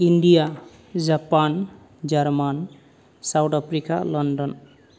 India Japan German South Africa London